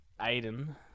Aiden